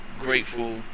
grateful